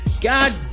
God